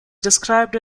described